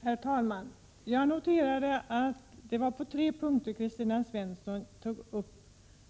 Herr talman! Jag noterade att Kristina Svensson på tre punkter tog upp